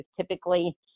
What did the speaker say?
typically